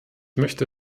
möchte